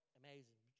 amazing